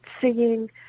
singing